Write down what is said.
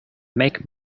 make